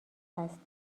هستیم